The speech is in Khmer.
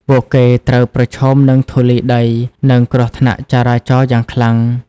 ពួកគេត្រូវប្រឈមនឹងធូលីដី និងគ្រោះថ្នាក់ចរាចរណ៍យ៉ាងខ្លាំង។